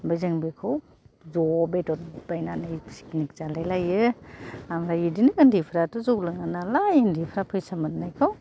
ओमफ्राय जों बेखौ ज' बेदर बायनानै पिकनिक जालायलायो ओमफ्राय बिदिनो उन्दैफ्राथ' जौ लोङा नालाय उन्दैफ्रा फैसा मोननायखौ